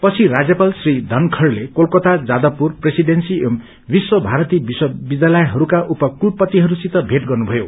पछि राज्यपाल श्री धनरवङले कलकता जादवपुर प्रेसिडेन्सी एवं विश्व भारती विश्वविद्यालयहरूका उपकूलपतिहस्तसित भेट गर्नुभयो